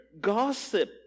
gossip